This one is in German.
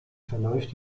verläuft